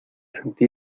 sentí